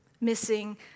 missing